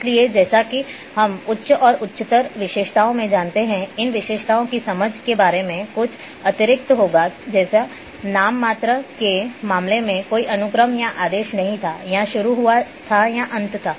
इसलिए जैसा कि हम उच्च और उच्चतर विशेषताओं में जाते हैं इन विशेषताओं की समझ के बारे में कुछ अतिरिक्त होगा जैसे नाममात्र के मामले में कोई अनुक्रम या आदेश नहीं था या शुरू हुआ था या अंत था